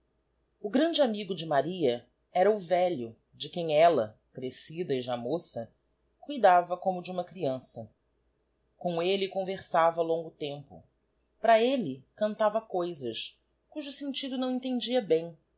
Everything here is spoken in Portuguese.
o grande amigo de maria era o velho de quem ella crescida e já moça cuidava como de uma creança com elle conversava longo tempo para elle cantava coisas cujo sentido não ent ndia bem